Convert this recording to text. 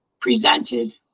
presented